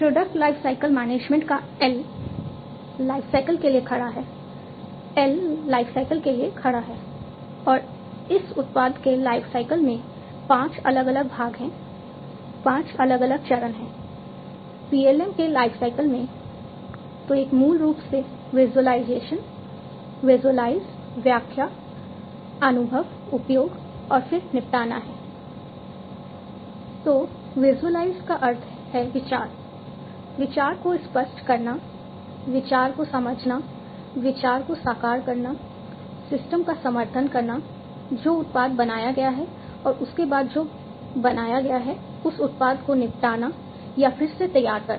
product lifecycle management का अर्थ है विचार विचार को स्पष्ट करना विचार को समझना विचार को साकार करना सिस्टम का समर्थन करना जो उत्पाद बनाया गया है और उसके बाद जो बनाया गया है उस उत्पाद को निपटाना या फिर से तैयार करना